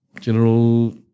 General